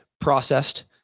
Processed